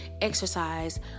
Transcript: exercise